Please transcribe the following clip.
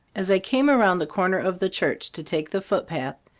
as i came around the corner of the church to take the footpath,